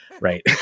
right